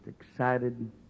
excited